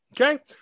Okay